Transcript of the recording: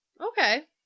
Okay